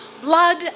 blood